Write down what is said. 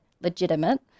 legitimate